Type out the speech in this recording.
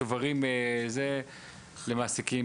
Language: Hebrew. שוברים למעסיקים,